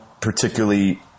particularly